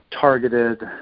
targeted